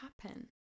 happen